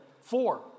Four